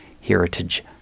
Heritage